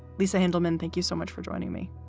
lisa handelman, thank you so much for joining me.